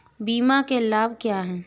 बीमा के लाभ क्या हैं?